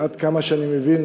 עד כמה שאני מבין,